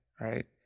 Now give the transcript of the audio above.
right